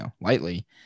lightly